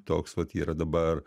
toks vat yra dabar